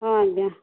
ହଁ ଆଜ୍ଞା